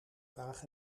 vraag